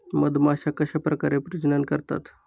मधमाश्या कशा प्रजनन करतात?